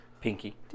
Pinky